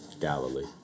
Galilee